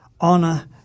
honor